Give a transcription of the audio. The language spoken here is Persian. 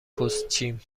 پستچیم